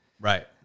right